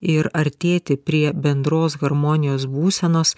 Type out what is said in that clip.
ir artėti prie bendros harmonijos būsenos